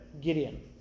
Gideon